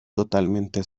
totalmente